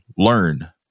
learn